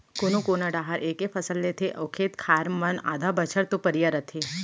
कोनो कोना डाहर एके फसल लेथे अउ खेत खार मन आधा बछर तो परिया रथें